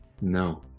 No